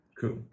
Cool